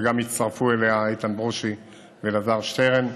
ושהצטרפו אליה גם איתן ברושי ואלעזר שטרן,